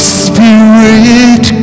spirit